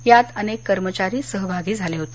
यात अनेक कर्मचारी सहभागी झाले होते